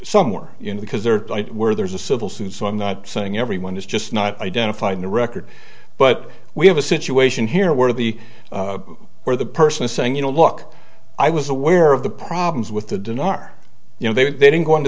some were in because there were there's a civil suit so i'm not saying everyone is just not identifying the record but we have a situation here where the where the person is saying you know look i was aware of the problems with the dinar you know they didn't go into